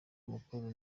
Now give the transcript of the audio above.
makuru